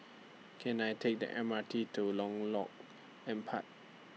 Can I Take The M R T to Empat